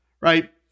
Right